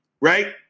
right